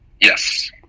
Yes